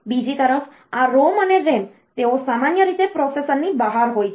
બીજી તરફ આ ROM અને RAM તેઓ સામાન્ય રીતે પ્રોસેસરની બહાર હોય છે